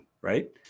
right